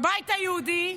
הבית היהודי.